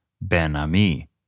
Ben-Ami